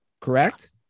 Correct